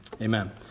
amen